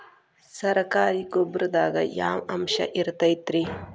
ಸರಕಾರಿ ಗೊಬ್ಬರದಾಗ ಯಾವ ಅಂಶ ಇರತೈತ್ರಿ?